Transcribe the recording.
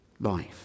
life